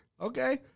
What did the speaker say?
okay